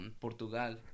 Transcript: Portugal